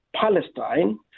Palestine